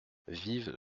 vive